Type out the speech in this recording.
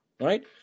right